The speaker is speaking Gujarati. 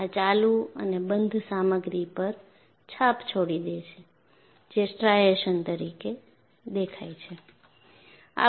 આ ચાલુ અને બંધ સામગ્રી પર છાપ છોડી દે છે જે સ્ટ્રાઇશન્સ તરીકે દેખાય છે